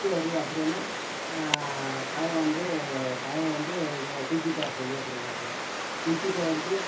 சரி அப்படினு பையன் வந்து பையனை வந்து க குளிச்சுட்டு வர சொல் அப்படினாப்பிலியாம் குளிச்சுட்டு வந்து